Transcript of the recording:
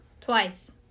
twice